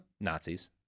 Nazis